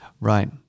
Right